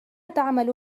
تعمل